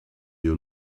you